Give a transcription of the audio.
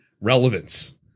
relevance